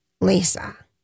Lisa